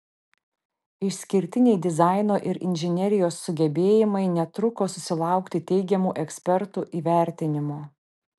išskirtiniai dizaino ir inžinerijos sugebėjimai netruko susilaukti teigiamų ekspertų įvertinimų